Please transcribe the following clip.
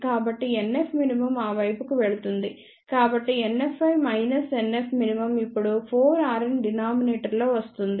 కాబట్టి NFmin ఆ వైపుకు వెళుతుంది కాబట్టి NFi మైనస్ NFmin ఇప్పుడు 4 rn డినామినేటర్ లో వస్తుంది